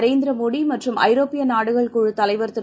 நரேந்திரமோடிமற்றும் ஐரோப்பியநாடுகள் குழுத் தலைவர் திரு